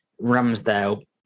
Ramsdale